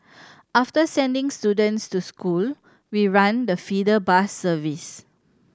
after sending students to school we run the feeder bus service